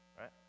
right